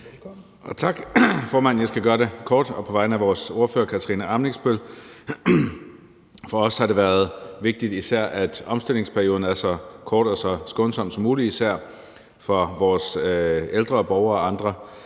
Tak, formand. Jeg skal gøre det kort på vegne af vores ordfører, Katarina Ammitzbøll. For os har det især været vigtigt, at omstillingsperioden er så kort og så skånsom som muligt, især for vores ældre borgere og andre,